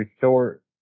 short